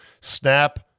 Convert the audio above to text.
Snap